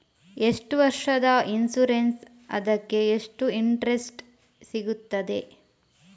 ಎಷ್ಟು ವರ್ಷದ ಇನ್ಸೂರೆನ್ಸ್ ಅದಕ್ಕೆ ಎಷ್ಟು ಇಂಟ್ರೆಸ್ಟ್ ಸಿಗುತ್ತದೆ?